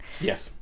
Yes